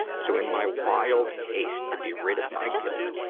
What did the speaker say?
so in my wild haste to be rid of my guilt,